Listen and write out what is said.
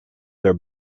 their